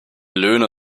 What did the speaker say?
löhne